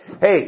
Hey